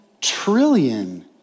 trillion